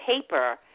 paper